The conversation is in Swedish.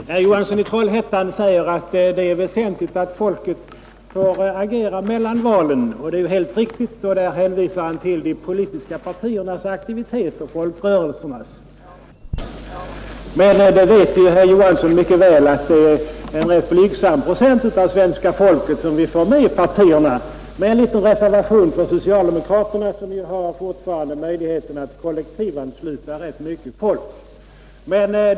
Herr talman! Herr Johansson i Trollhättan säger att det är väsentligt att folket får reagera mellan valen. Det är helt riktigt. Därvidlag hänvisar han till de politiska partiernas och folkrörelsernas aktivitet. Men herr Johansson vet mycket väl att det är en ganska blygsam procent av svenska folket som vi får med i partierna — med en liten reservation för socialdemokraterna, som fortfarande har möjlighet att kollektivansluta mycket folk.